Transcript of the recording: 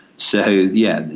so, yeah,